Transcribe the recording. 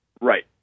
Right